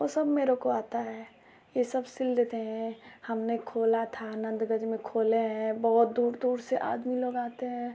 ओ सब मेरे को आता है ये सब सिल देते हैं हमने खोला था नंदगज में खोले हैं बहुत दूर दूर से आदमी लोग आते हैं